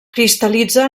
cristal·litza